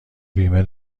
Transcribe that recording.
بیمه